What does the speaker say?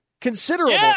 considerable